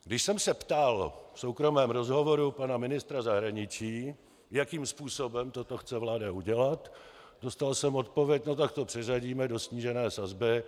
Když jsem se ptal v soukromém rozhovoru pana ministra zahraničí, jakým způsobem toto chce vláda udělat, dostal jsem odpověď: No tak to přeřadíme do snížené sazby.